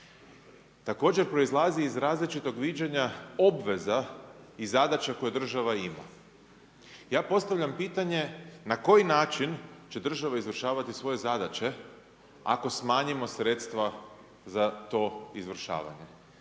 Također proizlazi iz različitog viđenja obveza i zadaća koje država ima. Ja postavljam pitanje na koji način će država izvršavati svoje zadaće, ako smanjimo sredstva za to izvršavanje?